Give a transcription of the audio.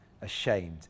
ashamed